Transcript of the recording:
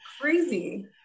Crazy